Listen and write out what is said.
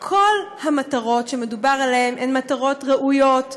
כל המטרות שמדובר עליהן הן מטרות ראויות וחשובות: